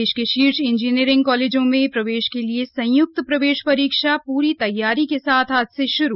देश के शीर्ष इंजीनियरिंग कॉलेजों में प्रवेश के लिए संयुक्त प्रवेश परीक्षा पूरी तैयारी के साथ आज से श्रू